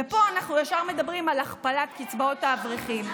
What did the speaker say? ופה אנחנו ישר מדברים על הכפלת קצבאות האברכים.